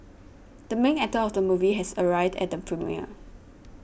the main actor of the movie has arrived at the premiere